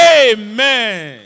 Amen